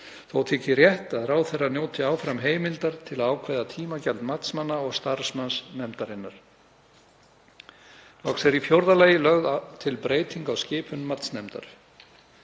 Þó þykir rétt að ráðherra njóti áfram heimildar til að ákveða tímagjald matsmanna og starfsmanns nefndarinnar. Loks er í fjórða lagi lögð til breyting á skipan matsnefndar.